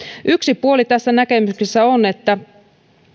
yksi puoli tässä näkemyksessä on että